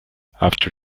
after